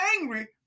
angry